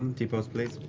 t-pose, please.